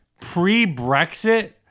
pre-brexit